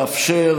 לאפשר,